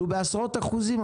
המחירים עלו בעשרות אחוזים.